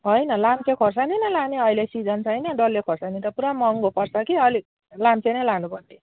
होइन लाम्चे खोर्सानी नै लाने अहिले सिजन छैन डल्ले खोर्सानी त पुरा महँगो पर्छ कि अलि लाम्चे नै लानुपर्ने